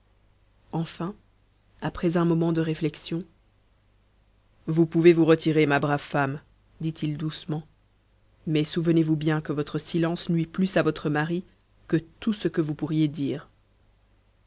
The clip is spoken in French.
enfin après un moment de réflexion vous pouvez vous retirer ma brave femme dit-il doucement mais souvenez-vous bien que votre silence nuit plus à votre mari que tout ce que vous pourriez dire